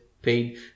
paid